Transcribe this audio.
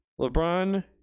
LeBron